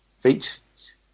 feet